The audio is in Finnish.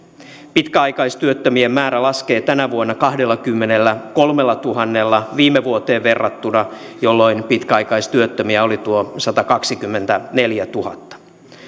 pitkäaikaistyöttömien määrä laskee tänä vuonna kahdellakymmenelläkolmellatuhannella viime vuoteen verrattuna jolloin pitkäaikaistyöttömiä oli tuo satakaksikymmentäneljätuhatta